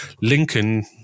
Lincoln